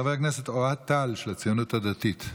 חבר הכנסת אוהד טל, הציונות הדתית.